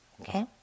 Okay